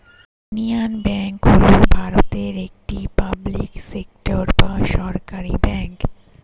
union bank হল ভারতের একটি পাবলিক সেক্টর বা সরকারি ব্যাঙ্ক